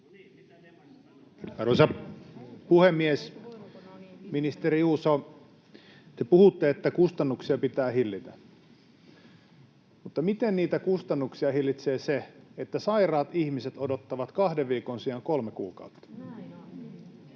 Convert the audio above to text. Arvoisa puhemies! Ministeri Juuso, te puhutte, että kustannuksia pitää hillitä, mutta miten niitä kustannuksia hillitsee se, että sairaat ihmiset odottavat kahden viikon sijaan kolme kuukautta?